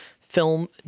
film